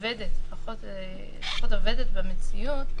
עובדת במציאות,